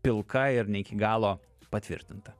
pilka ir ne iki galo patvirtinta